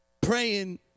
praying